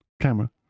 camera